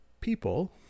people